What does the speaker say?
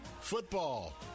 Football